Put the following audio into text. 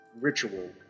ritual